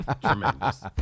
Tremendous